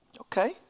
okay